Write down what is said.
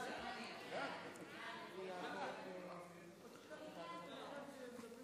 ההצעה להעביר את הצעת חוק שירות